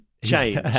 change